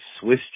Swiss